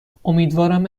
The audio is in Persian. امیدوارم